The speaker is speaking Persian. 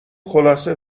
خلاصه